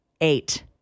eight